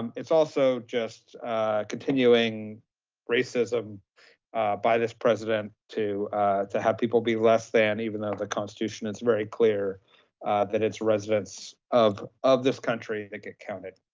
and it's also just a continuing racism by this president to to have people be less than even though the constitution is very clear that it's residents of of this country that get counted.